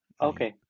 okay